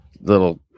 little